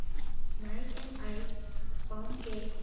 mike and ike pound cake